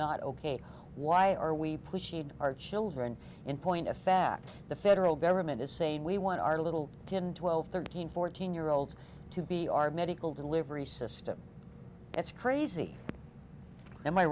not ok why are we pushing our children in point of fact the federal government is saying we want our little ten twelve thirteen fourteen year olds to be our medical delivery system that's crazy a